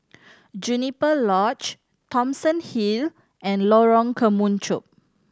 Juniper Lodge Thomson Hill and Lorong Kemunchup